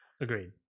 Agreed